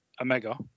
Omega